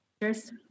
Cheers